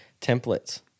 templates